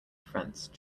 fence